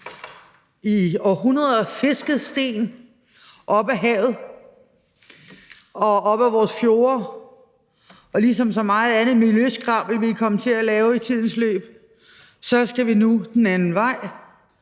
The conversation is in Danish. i århundreder fisket sten op af havet og op af vores fjorde, og ligesom så meget andet miljøskrammel, vi er kommet til at lave i tidens løb, så skal vi nu den anden vej